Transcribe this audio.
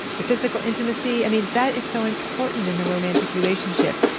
the physical intimacy. i mean, that is so important in a romantic relationship.